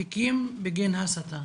תיקים בגין הסתה.